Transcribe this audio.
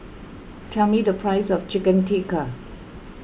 tell me the price of Chicken Tikka